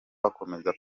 bakomeza